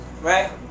Right